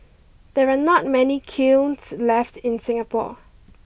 there are not many kilns left in Singapore